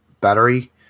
battery